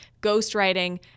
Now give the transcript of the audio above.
ghostwriting